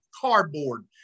cardboard